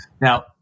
Now